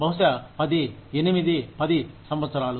బహుశా 10 8 10 సంవత్సరాలు